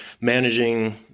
managing